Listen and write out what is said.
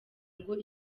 ngo